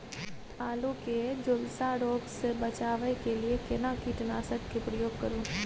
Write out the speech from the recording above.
आलू के झुलसा रोग से बचाबै के लिए केना कीटनासक के प्रयोग करू